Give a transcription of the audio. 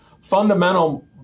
fundamental